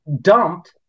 dumped